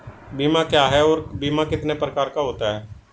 बीमा क्या है और बीमा कितने प्रकार का होता है?